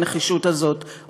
הנחישות הזאת,